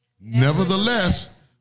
nevertheless